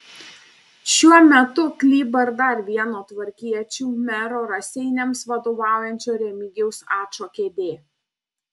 šiuo metu kliba ir dar vieno tvarkiečių mero raseiniams vadovaujančio remigijaus ačo kėdė